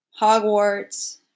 Hogwarts